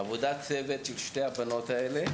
עבודת צוות של שתי הבנות האלה